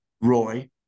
Roy